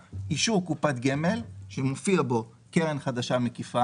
שיכול להיות קרן כללית,